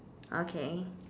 okay